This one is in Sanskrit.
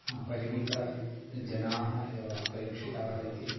परिमितजनाः एव अपेक्षिताः